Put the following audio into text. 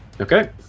Okay